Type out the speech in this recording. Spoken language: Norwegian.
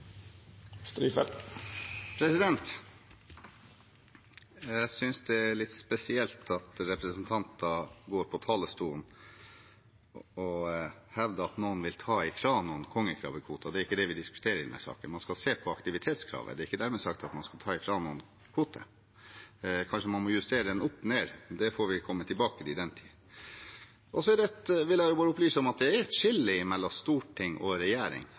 Jeg synes det er litt spesielt at representanter går på talerstolen og hevder at noen vil ta kongekrabbekvoter fra noen. Det er ikke det vi diskuterer i denne saken. Man skal se på aktivitetskravet, det er ikke dermed sagt at man skal ta fra noen kvoter. Kanskje man må justere dem opp eller ned – det får vi komme tilbake til. Så vil jeg bare opplyse om at det er et skille mellom storting og regjering.